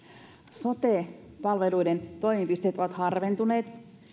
sote palveluiden toimipisteet ovat harventuneet